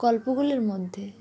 গল্পগুলির মধ্যে